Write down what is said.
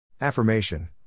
Affirmation